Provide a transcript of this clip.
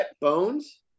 bones